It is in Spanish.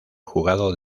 jugado